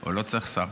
או לא צריך שר?